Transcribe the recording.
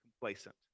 complacent